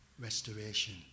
restoration